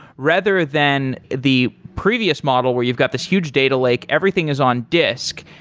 rather than the previous model where you've got this huge data lake, everything is on disk.